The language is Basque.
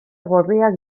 gorriak